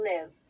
live